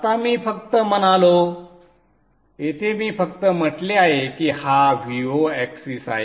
आता मी फक्त म्हणालो संदर्भ वेळ 1207 येथे मी फक्त म्हटले आहे की हा Vo ऍक्सिस आहे